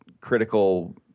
critical